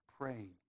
praying